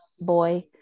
Boy